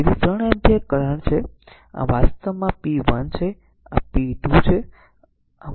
તેથી 3 ampere current છે આ વાસ્તવમાં p 1 છે અને આ r p2 છે